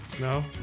No